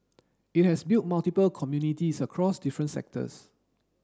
it has built multiple communities across different sectors